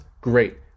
Great